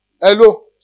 Hello